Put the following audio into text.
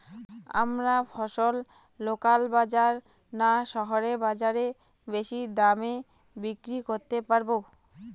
আমরা ফসল লোকাল বাজার না শহরের বাজারে বেশি দামে বিক্রি করতে পারবো?